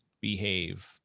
behave